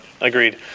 agreed